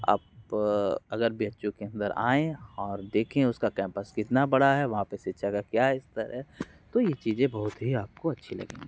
आप अगर B H U के अंदर आएँ और देखें उसका कैम्पस कितना बड़ा है वहाँ पे शिक्षा का क्या स्तर है तो ये चीज़ें बहुत ही आपको अच्छी लगेंगी